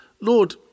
Lord